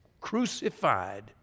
crucified